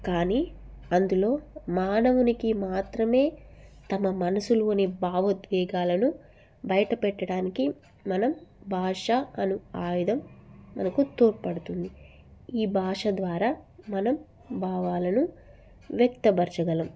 కానీ అందులో మానవునికి మాత్రమే తమ మనసులోని భావోద్వేగాలను బయట పెట్టడానికి మనం భాష అను ఆయుధం మనకు తోడ్పడుతుంది ఈ భాష ద్వారా మనం భావాలను వ్యక్తపరచగలం